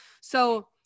So-